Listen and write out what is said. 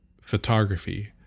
photography